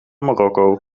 marokko